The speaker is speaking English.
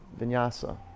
vinyasa